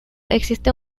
existe